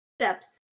Steps